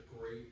great